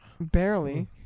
Barely